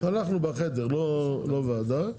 אנחנו בחדר, לא ועדה.